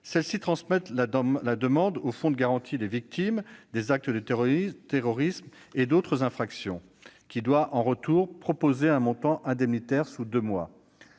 transmet la demande au Fonds de garantie des victimes des actes de terrorisme et d'autres infractions, lequel doit, en retour, proposer un montant d'indemnité sous deux mois.